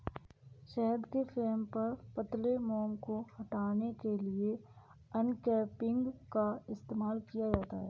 शहद के फ्रेम पर पतले मोम को हटाने के लिए अनकैपिंग का इस्तेमाल किया जाता है